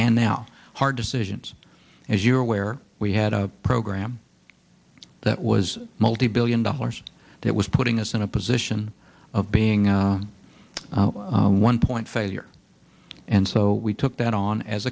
and now hard decisions as you're aware we had a program that was multi billion dollars that was putting us in a position of being a one point failure and so we took that on as